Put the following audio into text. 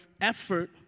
effort